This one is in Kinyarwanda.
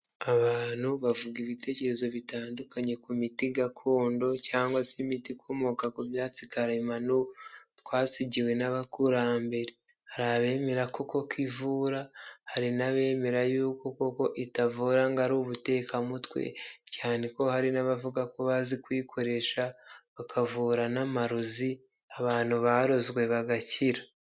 Abantu bavuga ibitekerezo bitandukanye ku miti gakondo cyangwa se imiti ikomoka ku byatsi karemano twasigiwe n'abakurambere. Hari abemera koko ko ivura, hari n'abemera yuko ko itavura ngo ari ubutekamutwe, cyane ko hari n'abavuga ko bazi kuyikoresha bakavura n'amarozi abantu barozwe bagakira.